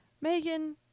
Megan